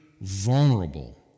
vulnerable